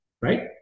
right